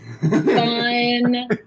fun